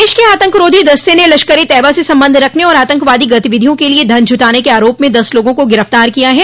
प्रदेश के आतंकरोधी दस्ते ने लश्कर ए तैयबा से संबंध रखने और आतंकवादी गतिविधियों के लिए धन जुटाने के आरोप में दस लोगों को गिरफ्तार किया है